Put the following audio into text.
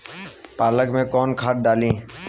पालक में कौन खाद डाली?